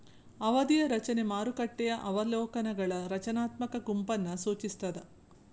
ಅವಧಿಯ ರಚನೆ ಮಾರುಕಟ್ಟೆಯ ಅವಲೋಕನಗಳ ರಚನಾತ್ಮಕ ಗುಂಪನ್ನ ಸೂಚಿಸ್ತಾದ